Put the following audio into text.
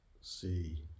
see